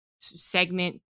segment